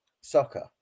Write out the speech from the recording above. soccer